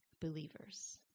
believers